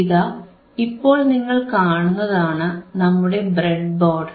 ഇതാ ഇപ്പോൾ നിങ്ങൾ കാണുന്നതാണ് നമ്മുടെ ബ്രെഡ്ബോർഡ്